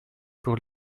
pour